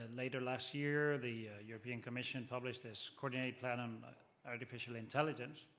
and later last year, the european commission published this coordinated plan on artificial intelligence.